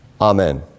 Amen